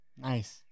Nice